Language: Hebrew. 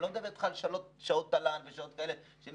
אני